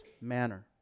manner